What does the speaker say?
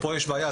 פה יש בעיה.